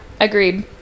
agreed